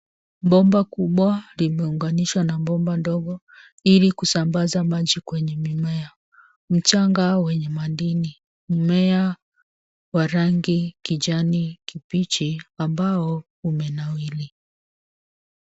Bomba kubwa limeunganishwa na bomba ndogo, ili kusambaza maji kwenye mimea. Mchanga wenye madini. Mmea wa rangi kijani kibichi ambao umenawiri.